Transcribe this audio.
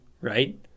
right